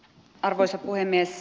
arvoisa puhemies